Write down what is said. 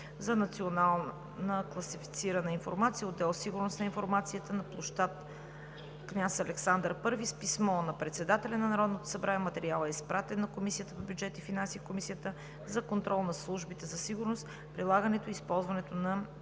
за национална класифицирана информация, отдел „Сигурност на информацията“, на пл. „Княз Александър І“. С писмо на председателя на Народното събрание материалът е изпратен на Комисията по бюджет и финанси и Комисията за контрол над службите за сигурност, прилагането и използването на